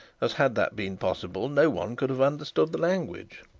as, had that been possible, no one could have understood the language.